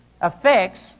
affects